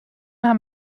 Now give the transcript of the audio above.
haben